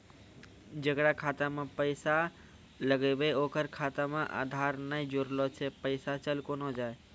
जेकरा खाता मैं पैसा लगेबे ओकर खाता मे आधार ने जोड़लऽ छै पैसा चल कोना जाए?